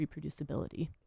reproducibility